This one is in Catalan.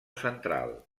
central